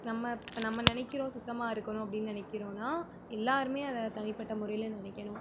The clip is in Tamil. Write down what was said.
நம்ம இப்போ நம்ம நினைக்கிறோம் சுத்தமாக இருக்கணும் அப்படின்னு நினக்கிறோன்னா எல்லாேருமே அதை தனிபட்ட முறையில் நினைக்கணும்